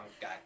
guy